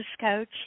coach